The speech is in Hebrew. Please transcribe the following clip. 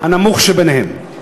הנמוך שביניהם.